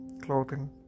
clothing